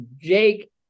Jake